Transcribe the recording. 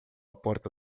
porta